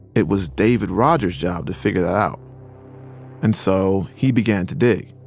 it was david rogers's job to figure that out and so he began to dig.